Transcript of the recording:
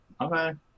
Okay